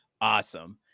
awesome